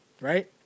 right